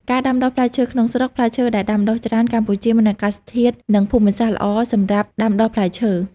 ការដាំដុះផ្លែឈើក្នុងស្រុកផ្លែឈើដែលដាំដុះច្រើន កម្ពុជាមានអាកាសធាតុ និងភូមិសាស្ត្រល្អសម្រាប់ដាំដុះផ្លែឈើ។